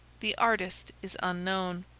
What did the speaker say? the artist is unknown.